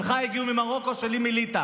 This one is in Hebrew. שלך הגיעו ממרוקו ושלי מליטא